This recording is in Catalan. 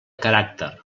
caràcter